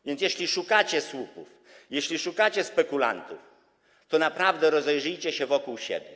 A więc jeśli szukacie słupów, jeśli szukacie spekulantów, to naprawdę rozejrzycie się wokół siebie.